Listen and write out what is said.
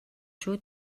шүү